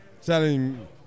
Selling